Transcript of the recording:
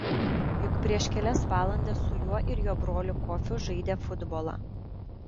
juk prieš kelias valandas su juo ir jo broliu kofiu žaidė futbolą